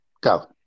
Go